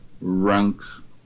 Ranks